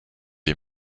est